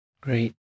Great